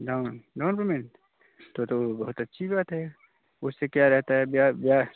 down down payment तो तो बहुत अच्छी बात है उससे क्या रहता है ब्या ब्या